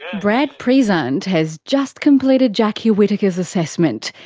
brad prezant has just completed jackie whittaker's assessment,